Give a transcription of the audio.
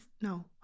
No